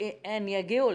הן יגיעו לזה.